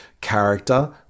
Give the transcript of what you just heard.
character